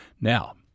Now